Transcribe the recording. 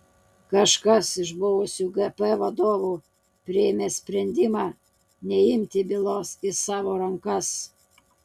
kažkas iš buvusių gp vadovų priėmė sprendimą neimti bylos į savo rankas